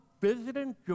visiting